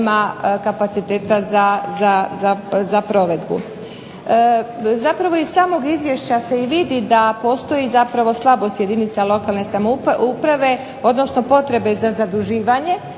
nema kapaciteta za provedbu. Zapravo iz samog izvješća se i vidi da postoji zapravo slabost jedinica lokalne samouprave, odnosno potrebe za zaduživanje